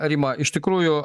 rima iš tikrųjų